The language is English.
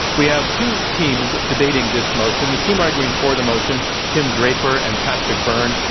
we have two teams debating this motion. the team arguing for the motion, tim draper and patrick byrne,